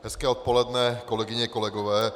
Hezké odpoledne, kolegyně a kolegové.